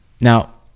now